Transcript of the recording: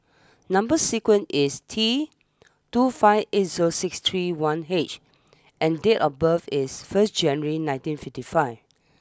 number sequence is T two five eight zero six three one H and date of birth is first January nineteen fifty five